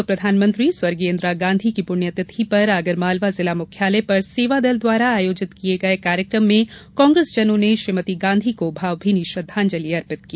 पूर्व प्रधानमंत्री स्वर्गीय इंदिरा गांधी की पृण्यतिथि पर आगरमालवा जिला मुख्यालय पर सेवादल द्वारा आयोजित किये गये कार्यक्रम में कांग्रेसजनों ने श्रीमती गांधी को मावमीनी श्रद्दांजलि अर्पित की